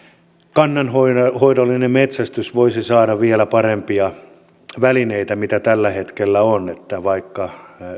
kannanhoidollinen metsästys voisi saada vielä parempia välineitä kuin mitä tällä hetkellä on vaikka